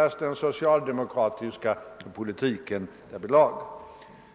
om den socialdemokratiska politikens utveckling.